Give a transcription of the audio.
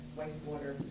wastewater